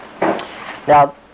Now